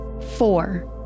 Four